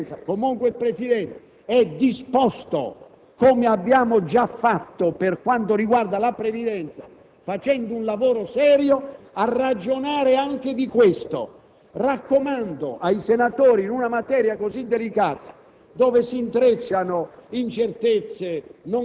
Dichiaro che il Consiglio di Presidenza, e comunque il Presidente, è disposto - come abbiamo già fatto per quanto riguarda la previdenza, compiendo un lavoro serio - a ragionare anche di questo. Raccomando questo ai senatori: in una materia così delicata,